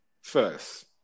first